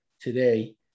today